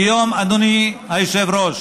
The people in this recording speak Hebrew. כיום, אדוני היושב-ראש,